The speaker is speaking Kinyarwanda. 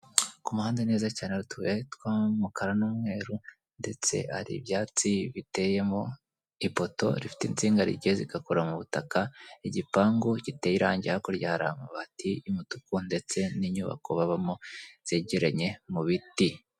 Ku muhanda neza cyane, hari utubuye tw'umukara n'umweru, ndetse hari ibyatsi biteyemo ipoto, rifite insinga zigiye zigakora mu butaka, igipangu giteye irangi, hakurya hari amabati y'umutuku, ndetse n'inyubako babamo zegeranye mu biti.